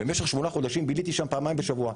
במשך שמונה חודשים ביליתי שם פעמיים בשבוע.